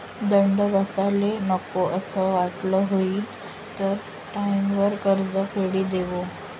दंड बसाले नको असं वाटस हुयी त टाईमवर कर्ज फेडी देवो